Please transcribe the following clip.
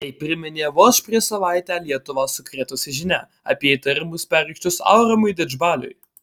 tai priminė vos prieš savaitę lietuvą sukrėtusi žinia apie įtarimus pareikštus aurimui didžbaliui